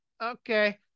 okay